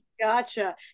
gotcha